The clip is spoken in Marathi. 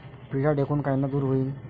पिढ्या ढेकूण कायनं दूर होईन?